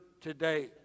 today